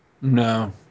No